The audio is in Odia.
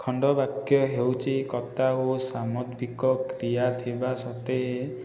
ଖଣ୍ଡବାକ୍ୟ ହେଉଛି କର୍ତ୍ତା ଓ ସାମଗ୍ରିକ କ୍ରିୟା ଥିବା ସତ୍ୱେ